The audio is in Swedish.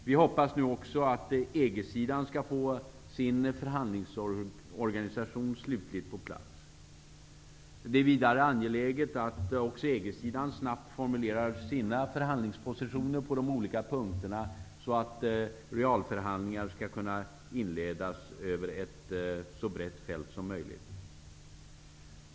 Vi hoppas att också EG-sidan nu får sin förhandlingsorganisation slutligt på plats. Det är vidare angeläget att också EG-sidan snabbt formulerar sina förhandlingspositioner så att realförhandlingar kan inledas över ett så brett fält som möjligt.